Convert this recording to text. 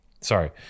Sorry